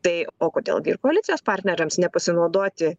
tai o kodėl gi ir koalicijos partneriams nepasinaudoti